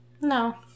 No